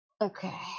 okay